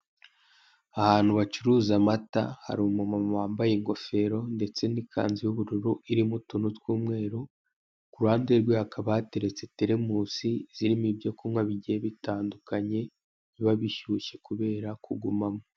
Ahantu bacuruza amata hari umumama wambaye ingofero ndetse n'ikanzu y'ubururu irimo utuntu tw'umweru ku ruhande rwe hakaba hateretse terimusi zirimo ibyo kunywa bigiye bitandukanye biba bishyushye kubera kugumamo.